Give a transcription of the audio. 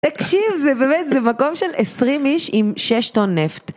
תקשיב זה באמת זה מקום של 20 איש עם 6 טון נפט.